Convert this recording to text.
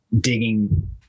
digging